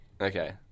Okay